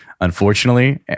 Unfortunately